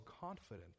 confident